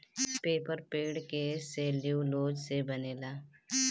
paper पेड़ के cellulose से बनेला